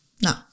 no